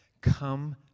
come